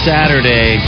Saturday